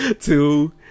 Two